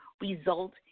result